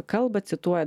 kalba cituoja